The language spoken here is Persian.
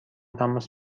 تماس